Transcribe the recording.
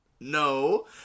no